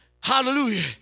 hallelujah